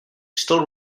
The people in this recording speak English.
still